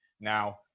now